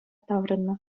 таврӑннӑ